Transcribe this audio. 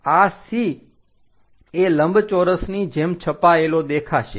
આ C એ લંબચોરસની જેમ છપાયેલો દેખાશે